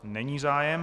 Není zájem.